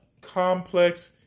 complex